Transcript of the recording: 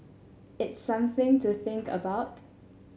it's something to think about